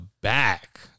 Back